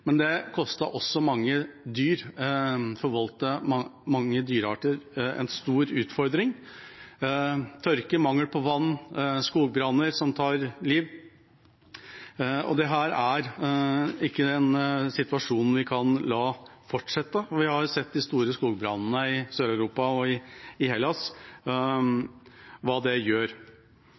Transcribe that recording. Men det forvoldte også mange dyr en stor utfordring: tørke, mangel på vann, skogbranner som tar liv. Dette er ikke en situasjon vi kan la fortsette. Vi har sett hva de store skogbrannene i Sør-Europa og Hellas gjør. Så vil jeg vende blikket litt til Norden og våre nærområder. Vi gjør